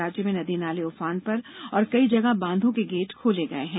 राज्य में नदी नाले उफान पर और कई जगह बांधों के गेट खोले गये हैं